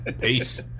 Peace